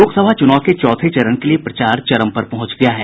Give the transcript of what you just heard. लोकसभा चुनाव के चौथे चरण के लिए प्रचार चरम पर पहुंच गया है